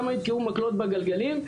למה יתקעו מקלות בגלגלים.